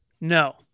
no